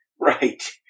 Right